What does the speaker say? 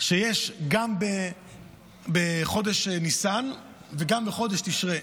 שיש גם בחודש ניסן וגם בחודש תשרי,